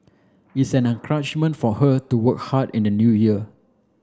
it's an encouragement for her to work hard in the new year